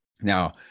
Now